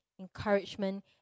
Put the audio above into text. encouragement